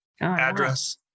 address